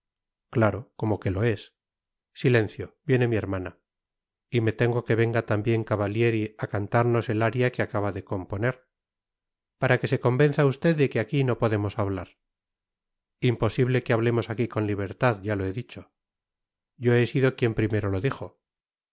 claro como que lo es silencio viene mi hermana y me temo que venga también cavallieri a cantarnos el aria que acaba de componer para que se convenza usted de que aquí no podemos hablar imposible que hablemos aquí con libertad ya lo he dicho yo he sido quien primero lo dijo y